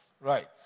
Right